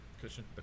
cushion